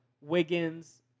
Wiggins